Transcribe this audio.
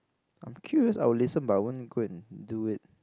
I'm curious I will listen but I won't go and do it